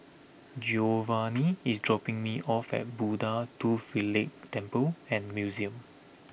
Giovani is dropping me off at Buddha Tooth Relic Temple and Museum